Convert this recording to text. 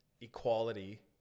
equality